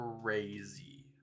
crazy